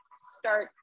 start